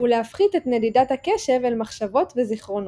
ולהפחית את נדידת הקשב אל מחשבות וזכרונות.